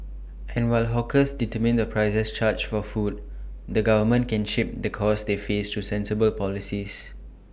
and while hawkers determine the prices charged for food the government can shape the costs they face through sensible policies